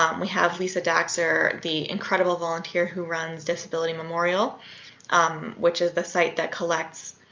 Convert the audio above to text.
um we have lisa daxer, the incredible volunteer who runs disability memorial which is the site that collects